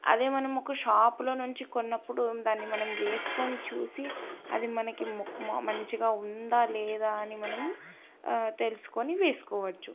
అదే మనము ఒక షాపులో నుంచి కొన్నప్పుడు దాన్ని మనం వేసుకుని చూసి అది మనకి మంచిగా ఉందా లేదా అని మనం తెలుసుకుని వేసుకోవచ్చు